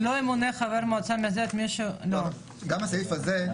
לא ימונה חבר מועצה --- גם הסעיף הזה,